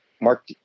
Mark